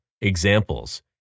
examples